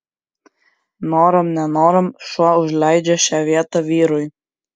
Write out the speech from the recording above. norom nenorom šuo užleidžia šią vietą vyrui